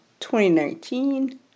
2019